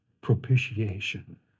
propitiation